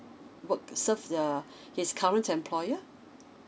work serve the his current employer